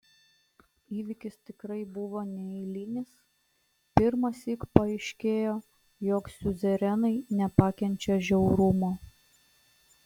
įvykis tikrai buvo neeilinis pirmąsyk paaiškėjo jog siuzerenai nepakenčia žiaurumo